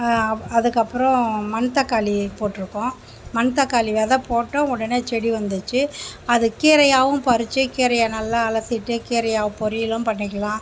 அதுக்கப்புறம் மணத்தக்காளி போட்யிருக்கோம் மணத்தக்காளி வித போட்டு உடனே செடி வந்துருச்சு அது கீரையாகவும் பறிச்சு கீரையை நல்லா அலசிவிட்டு கீரையை பொரியலும் பண்ணிக்கலாம்